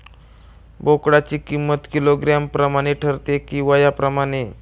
बोकडाची किंमत किलोग्रॅम प्रमाणे ठरते कि वयाप्रमाणे?